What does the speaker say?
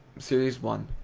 series one,